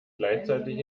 gleichzeitig